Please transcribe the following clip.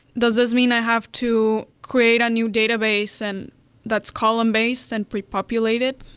does this mean i have to create a new database and that's column base and pre-populate it?